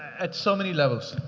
at so many levels,